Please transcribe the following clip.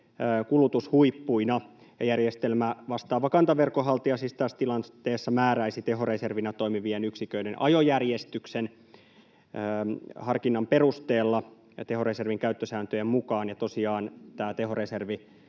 kulutushuippuina. Järjestelmävastaava kantaverkonhaltija siis tässä tilanteessa määräisi tehoreservinä toimivien yksiköiden ajojärjestyksen harkinnan perusteella ja tehoreservin käyttösääntöjen mukaan. Ja tosiaan tämä tehoreservi